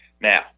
Now